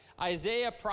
Isaiah